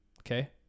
okay